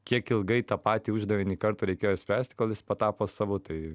kiek ilgai tą patį uždavinį kartų reikėjo išspręsti kol jis patapo savu tai